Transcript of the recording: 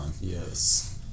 yes